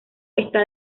está